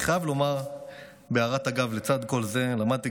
לצד כל זה אני חייב לומר בהערת אגב: למדתי